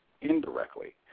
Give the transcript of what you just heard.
indirectly